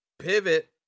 pivot